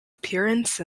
appearance